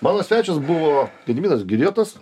mano svečias buvo gediminas giljotas